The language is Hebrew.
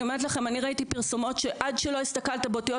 אני אומרת לכם אני ראיתי פרסומות שעד שלא הסתכלתי באותיות